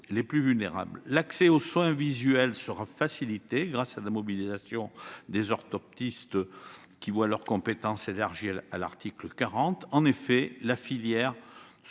les plus vulnérables.